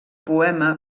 poema